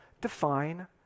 define